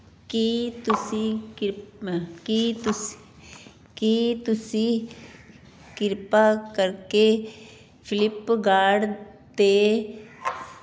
ਕੀ ਤੁਸੀਂ ਕਿਰ ਕੀ ਤੁਸੀਂ ਕੀ ਤੁਸੀਂ ਕਿਰਪਾ ਕਰਕੇ ਫਲਿੱਪਕਾਰਟ 'ਤੇ